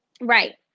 right